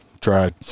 Tried